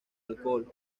alcohol